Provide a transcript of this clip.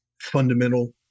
fundamental